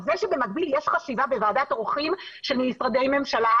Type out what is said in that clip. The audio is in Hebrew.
שבמקביל יש חשיבה בוועדת העורכים של משרדי ממשלה,